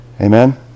Amen